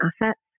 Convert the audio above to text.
assets